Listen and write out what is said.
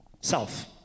Self